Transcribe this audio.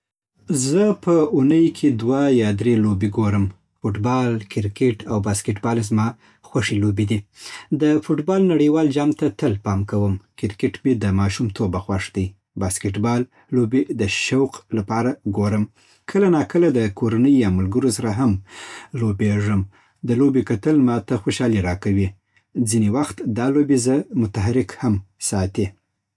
زه په اونۍ کې دوه یا درې لوبې ګورم. فټبال، کرکټ او باسکټبال زما خوښې لوبې دي. د فټبال نړیوال جام ته تل پام کوم. کرکټ مې د ماشومتوبه خوښ دی. باسکټبال لوبې د شوق لپاره ګورم. کله ناکله د کورنۍ یا ملګرو سره هم لوبېږم. د لوبو کتل ما ته خوشحالي راکوي. ځینې وخت دا لوبې زه متحرک هم ساتي